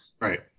Right